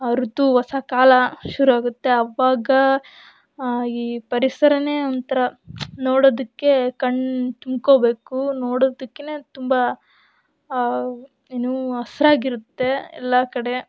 ಋತು ಹೊಸ ಕಾಲ ಶುರುವಾಗುತ್ತೆ ಆವಾಗ ಈ ಪರಿಸರನೇ ಒಂಥರ ನೋಡೊದಕ್ಕೆ ಕಣ್ಣು ತುಂಬ್ಕೊಬೇಕು ನೋಡೊದಕ್ಕೆನೆ ತುಂಬ ಏನು ಹಸ್ರಾಗಿರತ್ತೆ ಎಲ್ಲ ಕಡೆ